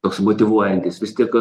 toks motyvuojantis vis tik